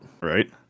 Right